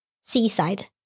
seaside